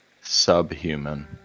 subhuman